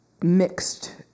mixed